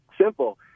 simple